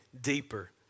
deeper